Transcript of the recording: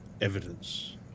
evidence